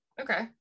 Okay